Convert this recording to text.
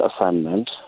assignment